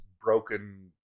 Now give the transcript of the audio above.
broken